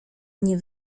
nie